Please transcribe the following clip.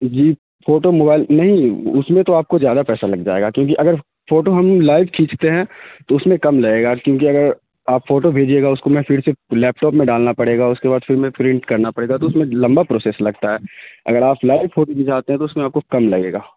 جی photo mobile نہیں اس میں تو آپ کو زیادہ پیسہ لگ جائے گا کیونکہ اگر فوٹو ہم لائیو کھیچتے ہیں تو اس میں کم لگے گا کیونکہ اگر آپ فوٹو بھیجیے گا اس کو میں پھر سے لیپ ٹاپ میں ڈالنا پڑے گا اس کے بعد پھر میں پرنٹ کرنا پڑے گا تو اس میں لمبا پروسیس لگتا ہے اگر آپ لائیو فوٹو گھچواتے ہیں تو اس میں آپ کو کم لگے گا